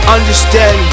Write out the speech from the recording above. Understand